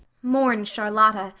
mourned charlotta,